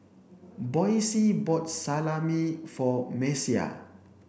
Boysie bought Salami for Messiah